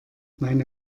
meine